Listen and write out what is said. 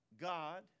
God